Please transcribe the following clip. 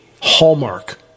hallmark